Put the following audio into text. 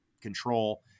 control